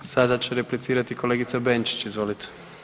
Sada će replicirati kolegica Benčić, izvolite.